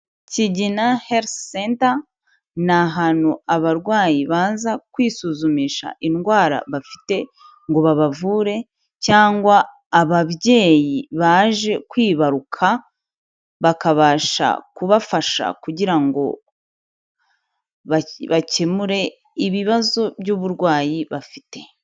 Kigina Health Center ni ahantu abarwayi baza kwisuzumisha indwara bafite ngo babavure, cyangwa ababyeyi baje kwibaruka bakabasha kubafasha kugira ngo bakemure ibibazo by'uburwayi bafite.